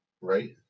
right